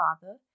father